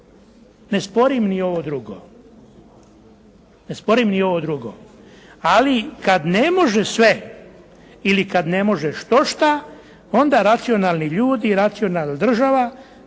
Ne sporim ni ovo drugo. Ali kad ne može sve ili kad ne može štošta onda racionalni ljudi i racionalna država